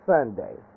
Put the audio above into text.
Sunday